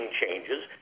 changes